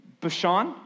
Bashan